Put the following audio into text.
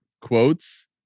quotes